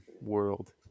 world